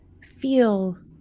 feel